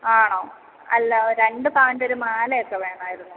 ആണോ അല്ല ഒരണ്ട് പവൻ്റെ ഒര് മാലയൊക്കെ വേണമായിരുന്നു